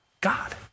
God